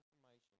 information